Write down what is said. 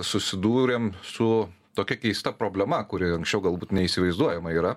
susidūrėm su tokia keista problema kuri anksčiau galbūt neįsivaizduojama yra